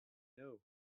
know